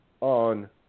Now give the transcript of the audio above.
On